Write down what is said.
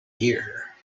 year